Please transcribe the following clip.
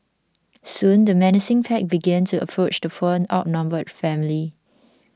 soon the menacing pack began to approach the poor outnumbered family